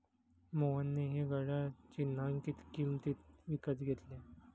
मोहनने हे घड्याळ चिन्हांकित किंमतीत विकत घेतले